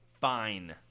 fine